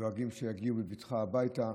דואגים שיגיעו בבטחה הביתה,